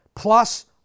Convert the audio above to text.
plus